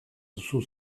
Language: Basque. duzu